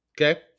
Okay